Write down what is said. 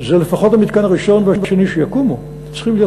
שלפחות המתקן הראשון והשני שיקומו צריכים להיות